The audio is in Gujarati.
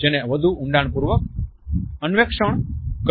જેને વધુ ઊંડાણપૂર્વક અન્વેષણ કરવું પડે છે